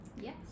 yes